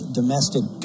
domestic